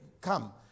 come